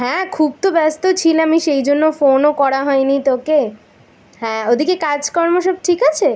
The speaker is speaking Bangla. হ্যাঁ খুব তো ব্যস্ত ছিলামই সেই জন্য ফোনও করা হয় নি তোকে হ্যাঁ ওদিকে কাজকর্ম সব ঠিক আছে